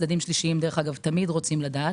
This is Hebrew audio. דרך אגב, צדדים שלישיים תמיד רוצים לדעת,